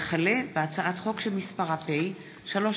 הצעת חוק המשטרה (תיקון,